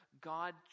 God